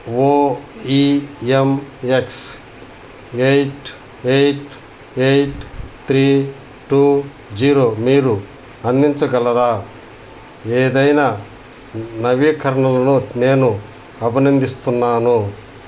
ఓ E M X eight eight eight three two zero మీరు అందించగలరా ఏదైనా నవీకరణలను నేను అభినందిస్తున్నాను